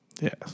Yes